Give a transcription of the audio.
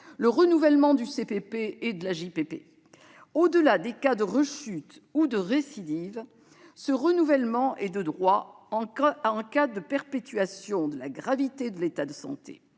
la première période de trois ans. Au-delà des cas de rechute ou de récidive, ce renouvellement est de droit en cas de perpétuation de la gravité de l'état de santé.